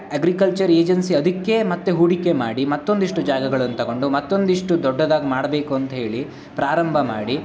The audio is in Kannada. ಅಗ್ರಿಕಲ್ಚರ್ ಏಜೆನ್ಸಿ ಅದಕ್ಕೇ ಮತ್ತೆ ಹೂಡಿಕೆ ಮಾಡಿ ಮತ್ತೊಂದಷ್ಟು ಜಾಗಗಳನ್ನು ತೊಗೊಂಡು ಮತ್ತೊಂದಷ್ಟು ದೊಡ್ಡದಾಗಿ ಮಾಡಬೇಕು ಅಂತೇಳಿ ಪ್ರಾರಂಭ ಮಾಡಿ